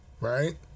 right